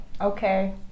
Okay